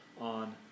on